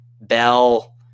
bell